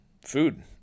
food